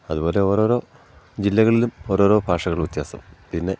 അതുപോലെ ഓരോരോ ജില്ലകളിലും ഓരോരോ ഭാഷകൾ വ്യത്യാസം പിന്നെ